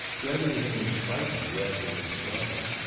gregory had been frightened rather than startled.